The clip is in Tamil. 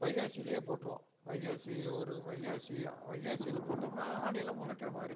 வைகாசிலேயே போட்டுருவோம் வைகாசி ஒரு வைகாசி வைகாசியில் போட்டோம்னா ஆணியில் முளைக்கிற மாதிரி